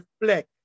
reflect